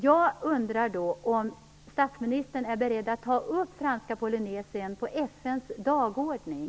Jag undrar om statsministern är beredd att ta upp frågan om franska Polynesien på FN:s dagordning.